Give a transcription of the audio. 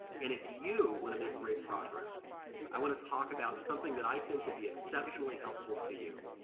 and if you wanna make great progress i wanna talk about something that i think would be exceptionally helpful to you.